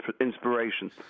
inspiration